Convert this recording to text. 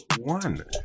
one